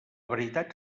veritat